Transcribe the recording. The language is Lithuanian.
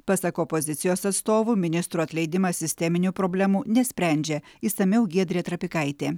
pasak opozicijos atstovų ministrų atleidimas sisteminių problemų nesprendžia išsamiau giedrė trapikaitė